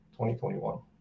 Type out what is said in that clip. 2021